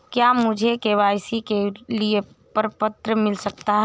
क्या मुझे के.वाई.सी के लिए प्रपत्र मिल सकता है?